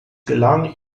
gelang